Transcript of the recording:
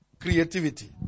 Creativity